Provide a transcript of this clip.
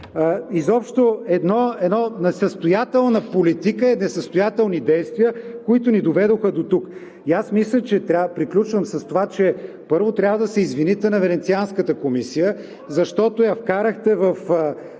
Изобщо една несъстоятелна политика и несъстоятелни действия, които ни доведоха дотук. Приключвам с това, че, първо, трябва да се извините на Венецианската комисия, защото я вкарахте